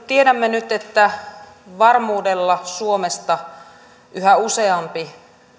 tiedämme nyt että entiseen verrattuna varmuudella yhä useampi